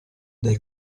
dai